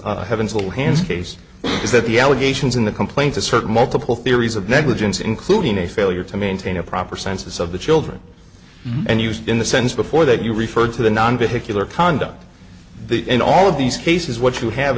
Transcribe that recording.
heavens little hands case is that the allegations in the complaint asserted multiple theories of negligence including a failure to maintain a proper census of the children and used in the sense before that you referred to the non vehicular conduct the in all of these cases what you have